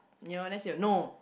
you know then she'll no